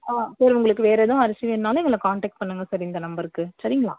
ஆ sir உங்களுக்கு வேறு ஏதும் அரிசி வேணும்னாலும் எங்களை காண்டக்ட் பண்ணுங்க சார் இந்த நம்பருக்கு சரிங்களா